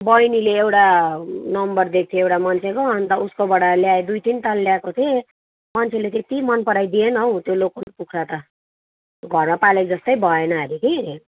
बैनीले एउटा नम्बर दिएको थियो एउटा मान्छेको अन्त उसकोबाट ल्याएँ दुई तिनताल ल्याएको थिेएँ मान्छेले त्यत्ति मनपराइदिएन हौ त्यो लोकल कुखुरा त घरमा पालेको जस्तै भएन अरे कि